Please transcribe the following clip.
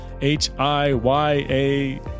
H-I-Y-A